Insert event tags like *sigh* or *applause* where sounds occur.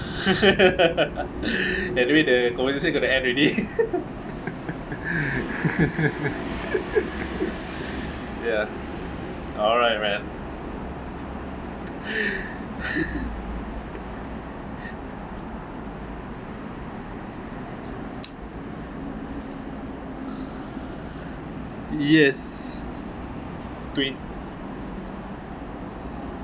*laughs* anyway the conversation going to end already *laughs* ya alright man *laughs* yes twen~